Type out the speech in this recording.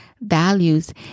values